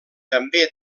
també